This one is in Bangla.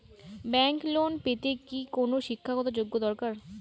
ব্যাংক লোন পেতে কি কোনো শিক্ষা গত যোগ্য দরকার?